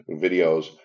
videos